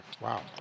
Wow